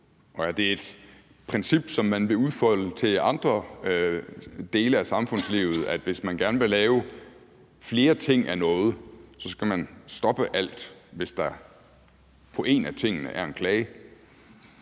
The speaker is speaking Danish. Og er det et princip, som man vil udfolde til andre dele af samfundslivet, at hvis man gerne vil lave flere ting af noget, skal man stoppe alt, hvis der på én af tingene er en klage?